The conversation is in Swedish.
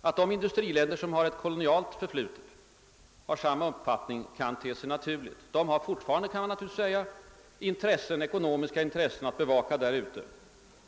Att de industriländer som har ett kolonialt förflutet har samma uppfattning kan te sig naturligt. De har fortfarande, kan man naturligtvis säga, ekonomiska intressen att bevaka där ute.